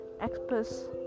express